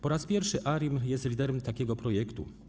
Po raz pierwszy ARiMR jest liderem takiego projektu.